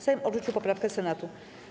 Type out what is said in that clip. Sejm odrzucił poprawkę Senatu.